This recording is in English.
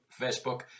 Facebook